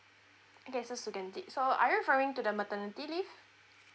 okay so sukundi so are you referring to the maternity leave